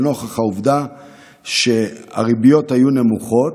נוכח העובדה שהריביות היו נמוכות,